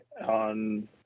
on